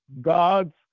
God's